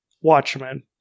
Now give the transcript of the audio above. Watchmen